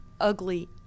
ugly